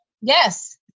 Yes